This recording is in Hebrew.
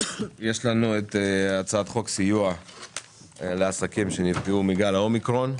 על סדר היום הצעת חוק מענק סיוע לעסקים שנפגעו מגל האומיקרון.